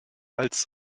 als